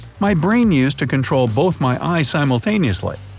my brain used to control both my eyes simultaneously.